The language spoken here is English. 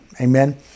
Amen